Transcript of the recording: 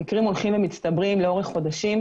המקרים הולכים ומצטברים לאורך חודשים,